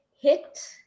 hit